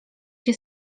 się